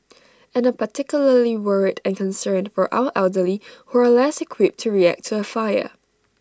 and particularly worried and concerned for our elderly who are less equipped to react A fire